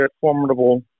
formidable